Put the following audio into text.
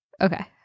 Okay